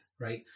right